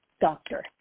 doctor